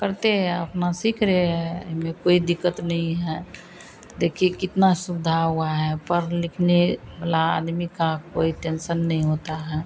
करते हैं अपना सीख रहे है इसमें कोई दिक्कत नहीं है देखिए कितनी सुविधा हुई है पढ़ने लिखने वाले आदमी को कोई टेन्शन नहीं होता है